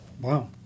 Wow